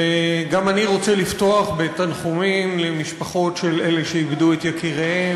וגם אני רוצה לפתוח בתנחומים למשפחות שאיבדו את יקיריהן